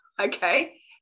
okay